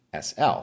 SL